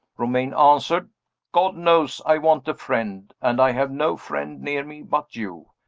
romayne answered god knows i want a friend and i have no friend near me but you!